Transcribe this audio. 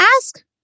ask